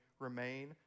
Remain